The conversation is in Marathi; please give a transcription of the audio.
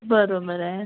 बरोबर आहे